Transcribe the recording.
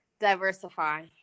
diversify